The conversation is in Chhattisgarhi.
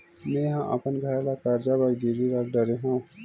मेहा अपन घर ला कर्जा बर गिरवी रख डरे हव